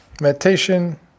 meditation